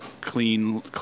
clean